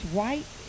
white